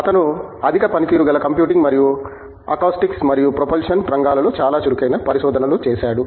అతను అధిక పనితీరు గల కంప్యూటింగ్ మరియు అకాస్టిక్స్ మరియు ప్రొపల్షన్ రంగాలలో చాలా చురుకైన పరిశోధనలు చేస్తాడు